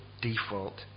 default